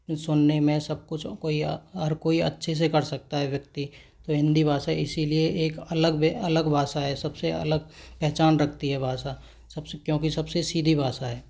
सुनने में सब कुछ कोई हर कोई अच्छे से कर सकता है व्यक्ति तो हिंदी भाषा इसलिए एक अलग वह अलग भाषा है सबसे अलग पहचान रखती है भाषा सब क्योंकि सब से सीधी भाषा है